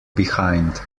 behind